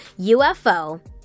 UFO